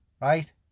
Right